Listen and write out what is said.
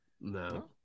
No